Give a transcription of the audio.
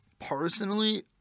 personally